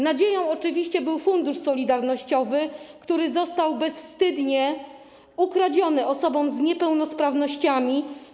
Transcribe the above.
Nadzieją oczywiście był Fundusz Solidarnościowy, który został bezwstydnie ukradziony osobom z niepełnosprawnościami.